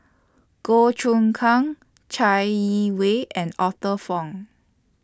Goh Choon Kang Chai Yee Wei and Arthur Fong